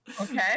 Okay